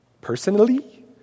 Personally